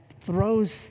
throws